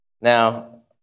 Now